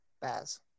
Baz